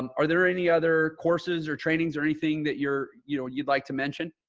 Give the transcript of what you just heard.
um are there any other courses or trainings or anything that you're, you know, you'd like to mention.